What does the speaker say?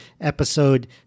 episode